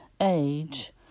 age